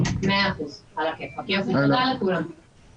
שיתוף מעסיקים הוא חלק מאוד חשוב והכרחי